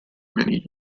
many